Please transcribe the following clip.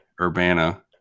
Urbana